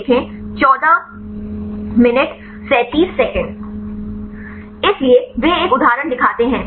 इसलिए वे एक उदाहरण दिखाते हैं